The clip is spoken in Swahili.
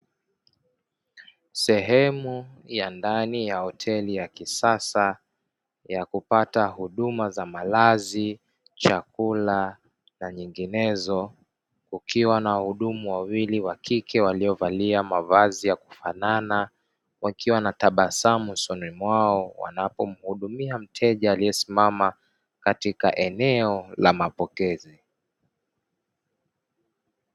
Sehemu ya ndani ya hoteli ya kisasa ya kupata huduma za malazi ,chakula na nyinginezo kukiwa na wahudumu wawili wa kike waliovalia mavazi ya kufanana, wakiwa na tabasamu usoni mwao wanapomhudumia mteja aliyesimama katika eneo la mapokezi.